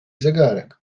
zegarek